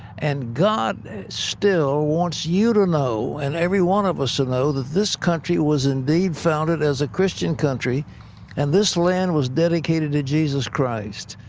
and god still wants you to know and every one of us to know that this country was indeed founded as a christian country and this land was dedicated to jesus christ.